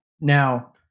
now